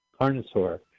Carnosaur